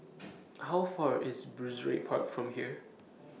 How Far IS Brizay Park from here